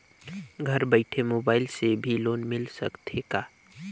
घर बइठे मोबाईल से भी लोन मिल सकथे का?